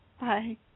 Bye